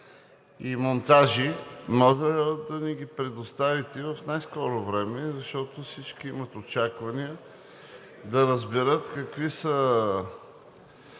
и монтажи“. Може ли да ни ги предоставите в най-скоро време, защото всички имат очаквания да разберат, какви са